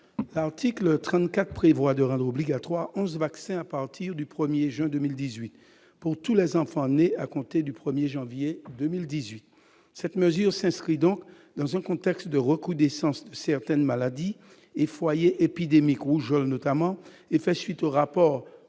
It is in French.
L'article 34 prévoit de rendre obligatoires onze vaccins à partir du 1 juin 2018, pour tous les enfants nés à compter du 1 janvier de la même année. Cette mesure s'inscrit dans un contexte de recrudescence de certaines maladies et de foyers épidémiques- notamment la rougeole -et fait suite au rapport